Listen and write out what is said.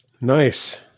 nice